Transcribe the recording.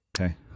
Okay